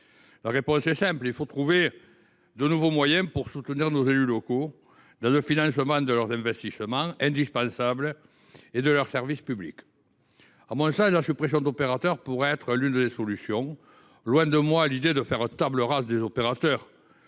La réponse est simple : il faut trouver de nouveaux moyens pour soutenir nos élus locaux dans le financement de leurs investissements indispensables et de leurs services publics. À mon sens, la suppression d’opérateurs pourrait être l’une des solutions. Loin de moi l’idée de faire table rase des opérateurs